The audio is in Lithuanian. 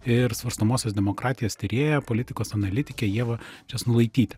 ir svarstomosios demokratijos tyrėja politikos analitike ieva česnulaityte